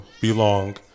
belong